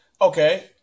Okay